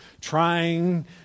trying